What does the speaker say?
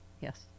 Yes